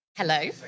Hello